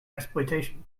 exploitation